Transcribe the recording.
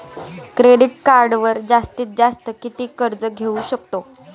Credit कार्डवर जास्तीत जास्त किती कर्ज घेऊ शकतो?